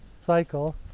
cycle